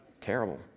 terrible